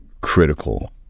critical